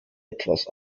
etwas